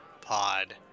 pod